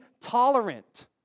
tolerant